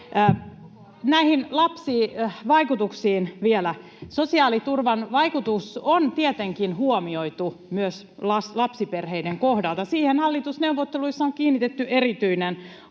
Näihin lapsivaikutuksiin vielä: Sosiaaliturvan vaikutus on tietenkin huomioitu myös lapsiperheiden kohdalla. Siihen hallitusneuvotteluissa on kiinnitetty erityinen huomio.